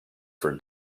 for